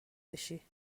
بشی